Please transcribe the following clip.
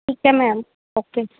ਠੀਕ ਹੈ ma'am okay